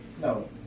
No